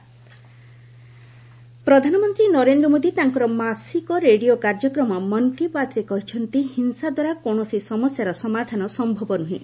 ମନ୍ କୀ ବାତ୍ ପ୍ରଧାନମନ୍ତ୍ରୀ ନରେନ୍ଦ୍ର ମୋଦି ତାଙ୍କର ମାସିକ ରେଡିଓ କାର୍ଯ୍ୟକ୍ରମ ମନ୍ କୀ ବାତ୍ରେ କହିଛନ୍ତି ହିଂସା ଦ୍ୱାରା କୌଣସି ସମସ୍ୟାର ସମାଧାନ ସମ୍ଭବ ନ୍ଦୁହେଁ